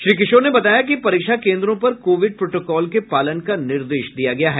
उन्होंने बताया कि परीक्षा केन्द्रों पर कोविड प्रोटोकॉल के पालन का निर्देश दिया गया है